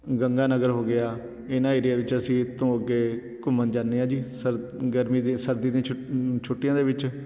ਗੰਗਾ ਨਗਰ ਹੋ ਗਿਆ ਇਹਨਾਂ ਏਰੀਆ ਵਿੱਚ ਅਸੀਂ ਇਹ ਤੋਂ ਅੱਗੇ ਘੁੰਮਣ ਜਾਂਦੇ ਹਾਂ ਜੀ ਸਰ ਗਰਮੀ ਦੇ ਸਰਦੀ ਦੀਆਂ ਛੁ ਛੁੱਟੀਆਂ ਦੇ ਵਿੱਚ